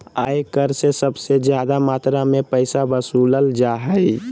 आय कर से सबसे ज्यादा मात्रा में पैसा वसूलल जा हइ